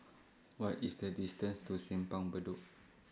What IS The distance to Simpang Bedok